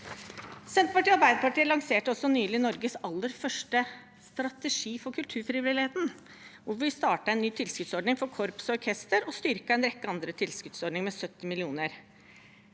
Senterpartiet og Arbeiderpartiet lanserte også nylig Norges aller første strategi for kulturfrivilligheten, og vi startet en ny tilskuddsordning for korps og orkester og styrket en rekke andre tilskuddsordninger med 70 mill. kr.